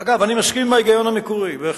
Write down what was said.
אגב, אני מסכים, בהחלט,